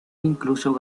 incluso